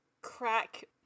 crack